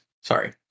Sorry